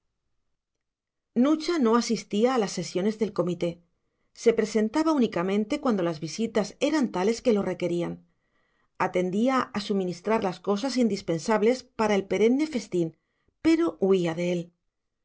nucha no asistía a las sesiones del comité se presentaba únicamente cuando las visitas eran tales que lo requerían atendía a suministrar las cosas indispensables para el perenne festín pero huía de él